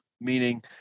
meaning